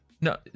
no